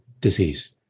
disease